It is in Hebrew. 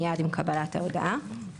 מייד עם קבלת הודעת המשלם